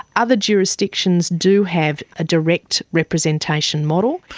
other jurisdictions do have a direct representation model.